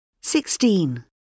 sixteen